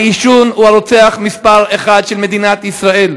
העישון הוא הרוצח מספר אחת של מדינת ישראל.